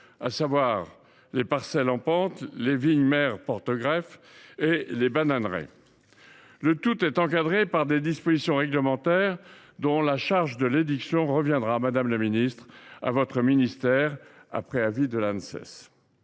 à savoir les parcelles en pente, les vignes mères porte greffes et les bananeraies. L’ensemble est encadré par des dispositions réglementaires dont la charge de l’édiction reviendra notamment au ministre chargé de l’agriculture, après avis de l’Anses.